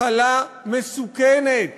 מחלה מסוכנת